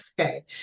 okay